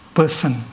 person